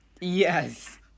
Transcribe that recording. Yes